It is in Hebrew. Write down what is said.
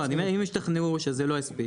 אני אומר אם הם ישתכנעו שזה לא יספיק,